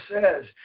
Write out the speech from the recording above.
says